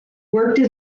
worked